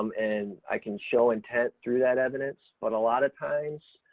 um and i can show intent through that evidence. but a lot of times,